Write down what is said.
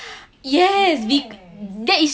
yes bec~ that is